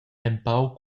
empau